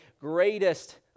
greatest